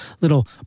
little